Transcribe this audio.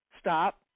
stop